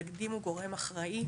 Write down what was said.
יגדירו גורם אחראי